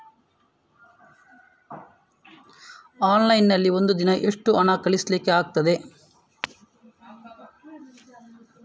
Online ನಲ್ಲಿ ಒಂದು ದಿನ ಎಷ್ಟು ಹಣ ಕಳಿಸ್ಲಿಕ್ಕೆ ಆಗ್ತದೆ?